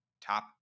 top